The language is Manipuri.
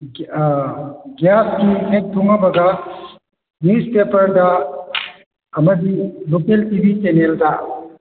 ꯒ꯭ꯌꯥꯁꯀꯤ ꯍꯦꯛ ꯊꯨꯉꯕꯒ ꯅ꯭ꯌꯨꯁꯄꯦꯄꯔꯗ ꯑꯃꯗꯤ ꯂꯣꯀꯦꯜ ꯇꯤ ꯚꯤ ꯆꯅꯦꯜꯗ